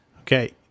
Okay